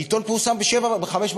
העיתון פורסם ב-05:00,